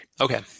Okay